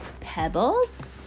pebbles